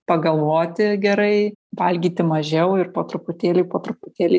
pagalvoti gerai valgyti mažiau ir po truputėlį po truputį